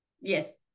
Yes